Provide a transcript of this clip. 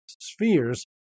spheres